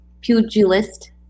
pugilist